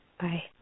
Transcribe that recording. bye